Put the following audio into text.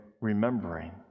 remembering